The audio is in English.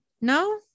No